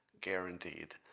guaranteed